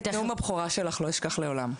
את נאום הבכורה שלך לא אשכח לעולם.